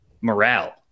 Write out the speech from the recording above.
morale